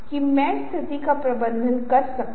animation विचलित करने वाला हो सकता है